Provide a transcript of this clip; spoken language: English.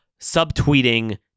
subtweeting